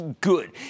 good